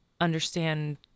understand